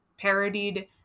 parodied